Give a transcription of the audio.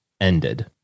ended